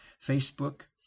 Facebook